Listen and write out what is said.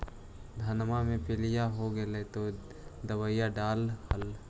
धनमा मे पीलिया हो गेल तो दबैया डालो हल?